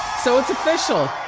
so, it's official.